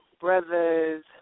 brothers